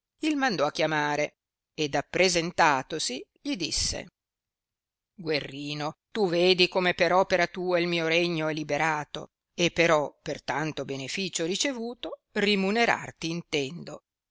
il mandò a chiamare ed appresentatosi gli disse guerrino tu vedi come per opera tua il mio regno è liberato e però per tanto benefìcio ricevuto rimunerarti intendo